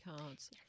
cards